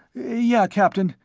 yeah, captain,